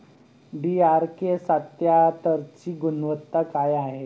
DRK सत्यात्तरची गुनवत्ता काय हाय?